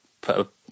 put